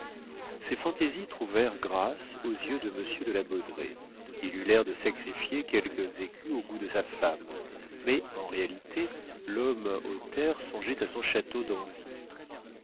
ces fantaisies trouvèrent grâce aux yeux de monsieur de la baudraye il eut l'air de sacrifier quelques écus au goût de sa femme mais en réalité l'homme aux terres songeait à son château d'anzy